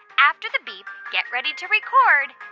after the beep, get ready to record